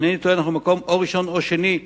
אם אינני טועה, אנחנו מקום ראשון או שני,